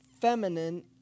feminine